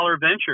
venture